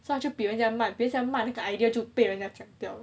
so 他就比人家慢比人家慢那个 idea 就被人家讲掉 liao